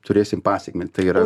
turėsim pasekmę tai yra